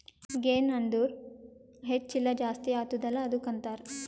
ಗೆನ್ ಅಂದುರ್ ಹೆಚ್ಚ ಇಲ್ಲ ಜಾಸ್ತಿ ಆತ್ತುದ ಅಲ್ಲಾ ಅದ್ದುಕ ಅಂತಾರ್